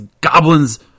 goblins